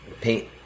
paint